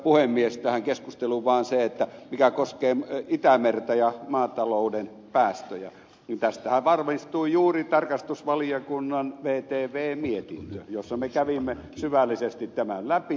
tähän keskusteluun vaan se mikä koskee itämerta ja maatalouden päästöjä että tästähän valmistui juuri tarkastusvaliokunnan vtv mietintö jossa me kävimme syvällisesti tämän läpi